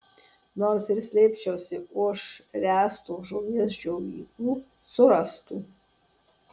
nors ir slėpčiausi už ręsto žuvies džiovyklų surastų